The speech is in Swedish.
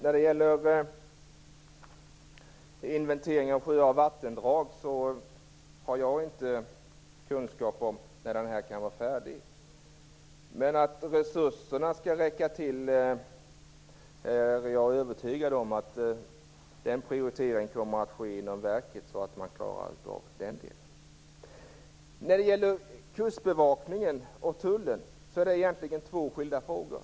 Fru talman! Jag har inte kunskap om när inventeringen av sjöar och vattendrag kan vara färdig. Men jag är övertygad om att prioritering kommer att ske inom verket så att resurserna räcker till. Frågan om Kustbevakningen och Tullen är egentligen två skilda frågor.